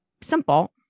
Simple